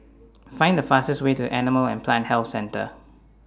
Find The fastest Way to Animal and Plant Health Centre